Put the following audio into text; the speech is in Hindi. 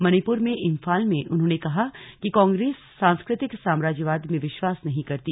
मणिप्र में इंफाल में उन्होंने कहा कि कांग्रेस सांस्कृतिक साम्राज्यवाद में विश्वास नहीं करती